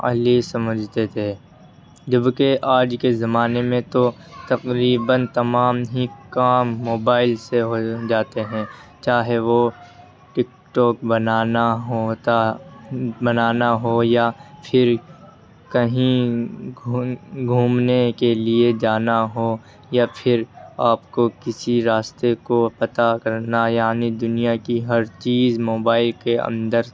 علی سمجھتے تھے جبکہ آج کے زمانے میں تو تقریبا تمام ہی کام موبائل سے ہو جاتے ہیں چاہے وہ ٹک ٹاک بنانا ہوتا بنانا ہو یا پھر کہیں گھومنے کے لیے جانا ہو یا پھر آپ کو کسی راستے کو پتہ کرنا یعنی دنیا کی ہر چیز موبائل کے اندر